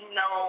no